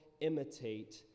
imitate